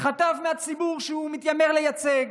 חטף מהציבור שהוא מתיימר לייצג.